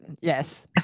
yes